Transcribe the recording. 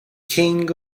king